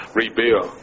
rebuild